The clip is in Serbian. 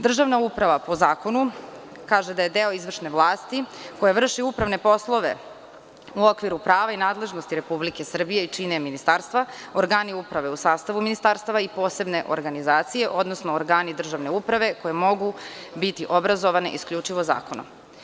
Državna uprava po zakonu kaže da je deo izvršne vlasti koja vrši upravne poslove u okviru prava i nadležnosti RS i čine je ministarstva, organi uprave u sastavu ministarstava i posebne organizacije, odnosno organi državne uprave koje mogu biti obrazovane isključivo zakonom.